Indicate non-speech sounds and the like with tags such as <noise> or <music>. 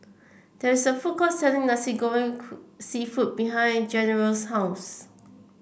there's a food court selling Nasi Goreng <unintelligible> seafood behind General's house